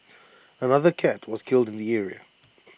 another cat was killed in the area